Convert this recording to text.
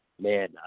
man